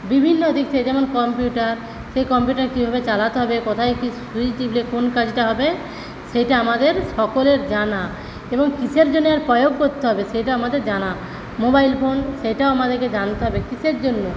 বিভিন্ন দিক থেকে যেমন কম্পিউটার সে কম্পিউটার কীভাবে চালাতে হবে কোথায় কী স্যুইচ টিপলে কোন কাজটা হবে সেটা আমাদের সকলের জানা এবং কীসের জন্য এর প্রয়োগ করতে হবে সেটা আমাদের জানা মোবাইল ফোন সেটাও আমাদেরকে জানতে হবে কীসের জন্য